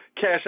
cash